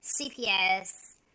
CPS